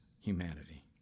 humanity